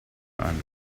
and